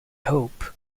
hope